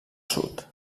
sud